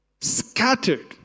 scattered